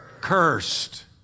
cursed